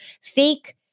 fake